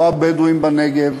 לא הבדואים בנגב